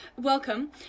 welcome